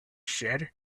said